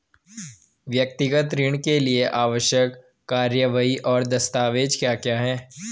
व्यक्तिगत ऋण के लिए आवश्यक कार्यवाही और दस्तावेज़ क्या क्या हैं?